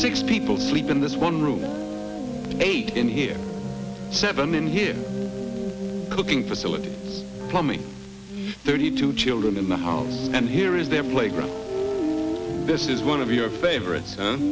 six people sleep in this one room eight in here seven in here cooking facilities plumbing thirty two children in the house and here is their playground this is one of your favorites